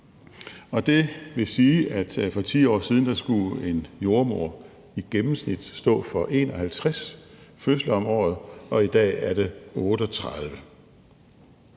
Det vil sige, at for 10 år siden skulle en jordemoder i gennemsnit stå for 51 fødsler om året, og i dag er det 38.